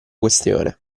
questione